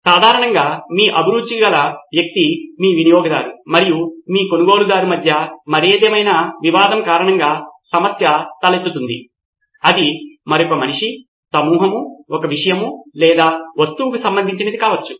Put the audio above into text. సాధారణంగా మీ అభిరుచిగల వ్యక్తి మీ వినియోగదారు మరియు మీ కొనుగొలుదారు మధ్య మరేదైనా వివాదం కారణంగా సమస్య తలెత్తుతుంది అది మరొక మనిషి సమూహము ఒక విషయం లేదా వస్తువు కు సంబంధించినది కావచ్చు